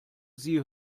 sie